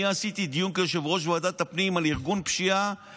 אני עשיתי דיון כיושב-ראש ועדת הפנים על ארגון פשיעה